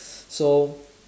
so